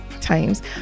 times